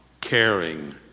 caring